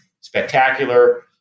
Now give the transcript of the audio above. spectacular